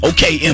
Okay